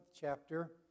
chapter